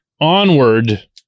onward